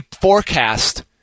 forecast